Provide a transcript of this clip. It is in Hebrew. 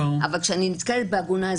אבל כשאני נתקלת בעגונה,